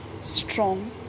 strong